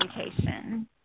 education